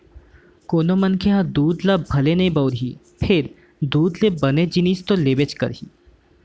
कोनों मनखे ह दूद ह भले नइ बउरही फेर दूद ले बने जिनिस तो लेबेच करही